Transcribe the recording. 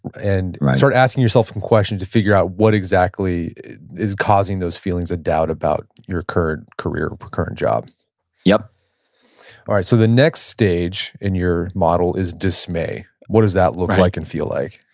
and start asking yourself some questions to figure out what exactly is causing those feelings of doubt about your occurred career or current job yep all right, so the next stage in your model is dismay. what does that look like and feel like?